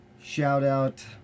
Shout-out